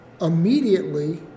immediately